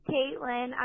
Caitlin